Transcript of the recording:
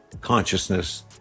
consciousness